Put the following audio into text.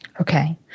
Okay